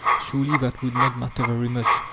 surely that would not matter very much.